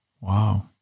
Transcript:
wow